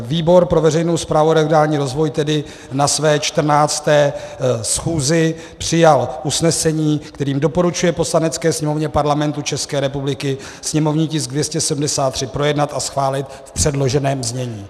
Výbor pro veřejnou správu a regionální rozvoj tedy na své 14. schůzi přijal usnesení, kterým doporučuje Poslanecké sněmovně Parlamentu České republiky sněmovní tisk 273 projednat a schválit v předloženém znění.